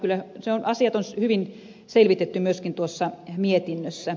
kyllä asiat on hyvin selvitetty myöskin tuossa mietinnössä